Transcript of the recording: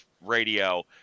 radio